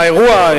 האירוע,